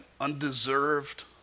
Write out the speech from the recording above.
Undeserved